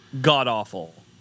god-awful